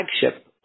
flagship